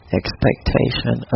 expectation